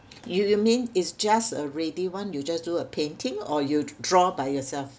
you you mean it's just a ready one you just do a painting or you draw by yourself